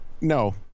no